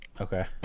okay